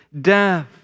death